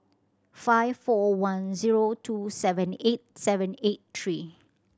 five four one zero two seven eight seven eight three